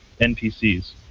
NPCs